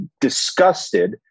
disgusted